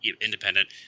independent